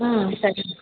ம் சரி